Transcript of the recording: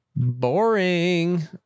Boring